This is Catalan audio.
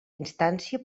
instància